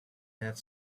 have